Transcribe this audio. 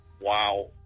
Wow